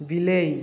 ବିଲେଇ